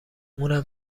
اونم